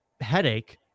headache